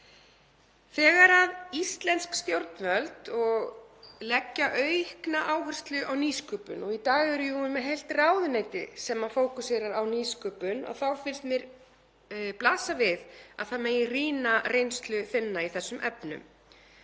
Þegar íslensk stjórnvöld leggja aukna áherslu á nýsköpun, og í dag erum við jú með heilt ráðuneyti sem fókuserar á nýsköpun, þá finnst mér blasa við að það megi rýna reynslu Finna í þessum efnum.